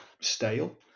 stale